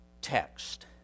text